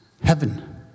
heaven